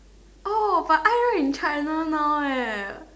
oh but Ai-Re in China now eh